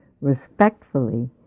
respectfully